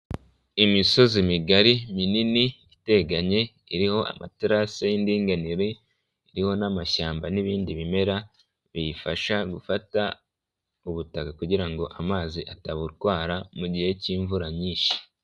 Imisozi migari minini iteganye iriho amaterasi y'indinganire, iriho n'amashyamba n'ibindi bimera biyifasha gufata ubutaka kugira ngo amazi atabutwara mu gihe cy'imvura nyinshi.